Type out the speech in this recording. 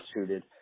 suited